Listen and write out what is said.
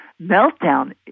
meltdown